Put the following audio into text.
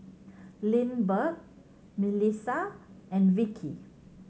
Lindbergh Milissa and Vickie